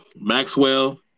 Maxwell